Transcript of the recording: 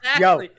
Yo